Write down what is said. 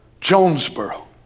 Jonesboro